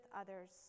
others